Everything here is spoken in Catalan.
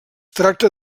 tracta